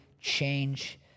change